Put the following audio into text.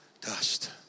dust